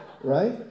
Right